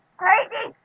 crazy